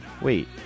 Wait